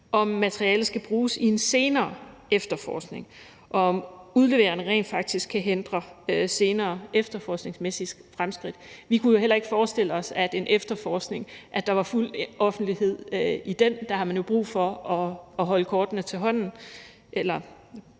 om materialet skal bruges i en senere efterforskning, og om udlevering rent faktisk kan hindre senere efterforskningsmæssige fremskridt. Vi kunne jo heller ikke forestille os, at der i en efterforskning var fuld offentlighed om den, for der har man jo brug for at holde kortene tæt ind til